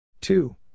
Two